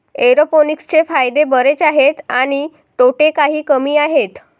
एरोपोनिक्सचे फायदे बरेच आहेत आणि तोटे काही कमी आहेत